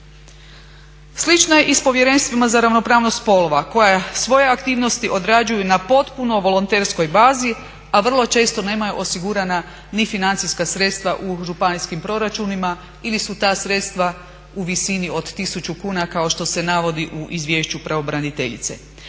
Slično je i s povjerenstvima za ravnopravnost spolova koja svoje aktivnosti odrađuju na potpuno volonterskoj bazi, a vrlo često nemaju osigurana ni financijska sredstva u županijskim proračunima ili su ta sredstva u visini od 1000 kuna kao što se navodi u izvješću pravobraniteljice.